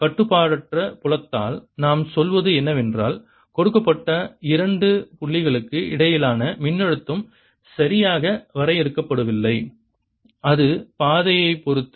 கட்டுப்பாடற்ற புலத்தால் நாம் சொல்வது என்னவென்றால் கொடுக்கப்பட்ட இரண்டு புள்ளிகளுக்கு இடையிலான மின்னழுத்தம் சரியாக வரையறுக்கப்படவில்லை அது பாதையைப் பொறுத்தது